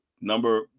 number